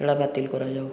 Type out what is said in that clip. ସେଇଟା ବାତିଲ କରାଯାଉ